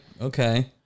okay